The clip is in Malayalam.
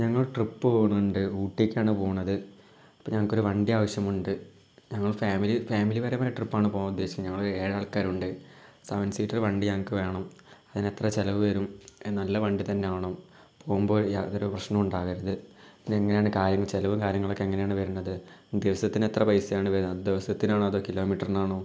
ഞങ്ങൾ ട്രിപ്പ് പോണിണ്ട് ഊട്ടിക്ക് ആണ് പോകുന്നത് അപ്പോൾ ഞങ്ങൾക്ക് ഒരു വണ്ടി ആവശ്യമുണ്ട് ഞങ്ങൾ ഫാമിലി ഫാമിലിപരമായ ട്രിപ്പ് ആണ് പോവാൻ ഉദ്ദേശിക്കുന്നത് ഞങ്ങൾ ഏഴ് ആൾക്കാറുണ്ട് സെവെൻ സീറ്റഡ് വണ്ടി ഞങ്ങൾക്ക് വേണം അതിന് എത്ര ചിലവ് വരും നല്ല വണ്ടി തന്നെ ആണോ പോവുമ്പോൾ യാതൊരു പ്രശ്നവും ഉണ്ടാകരുത് പിന്നെ എങ്ങനെയാണ് കാര്യങ്ങൾ ചിലവ് കാര്യങ്ങൾ ഒക്കെ എങ്ങനെണ് വരുന്നത് ദിവസത്തിന് എത്ര പൈസയാണ് വരുന്നത് ദിവസത്തിനാണോ അതോ കിലോമീറ്ററിനാണോ